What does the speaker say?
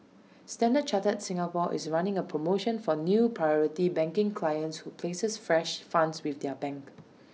standard chartered Singapore is running A promotion for new priority banking clients who places fresh funds with the bank